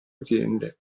aziende